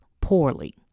poorly